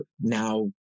now